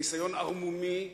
ניסיון ערמומי,